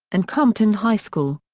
and compton high school.